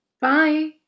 Bye